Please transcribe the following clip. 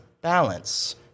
balance